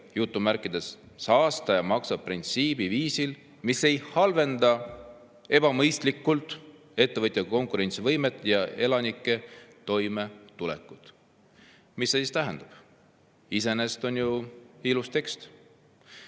rohkem "saastaja maksab" printsiipi viisil, mis ei halvenda ebamõistlikult ettevõtjate konkurentsivõimet ja elanike toimetulekut." Mida see siis tähendab? Iseenesest on ju ilus tekst.